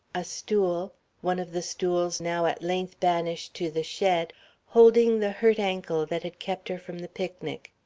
a stool one of the stools now at length banished to the shed holding the hurt ankle that had kept her from the picnic.